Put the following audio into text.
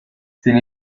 sin